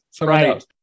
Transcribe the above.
Right